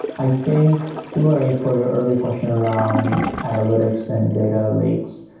i think similarly for your earlier question around analytics and data lakes,